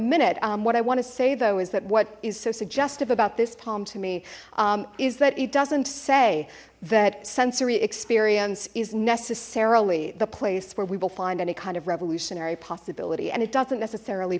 minute what i want to say though is that what is so suggestive about this poem to me is that it doesn't say that sensory experience is necessary the place where we will find any kind of revolutionary possibility and it doesn't necessarily